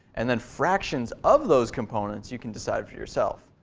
and then fractions of those components you can decide for yourself.